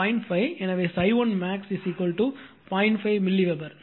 5 milliweber